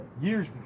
Years